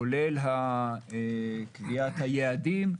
כולל קביעת היעדים,